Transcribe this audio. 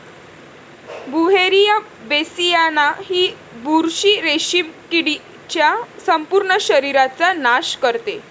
Beauveria bassiana ही बुरशी रेशीम किडीच्या संपूर्ण शरीराचा नाश करते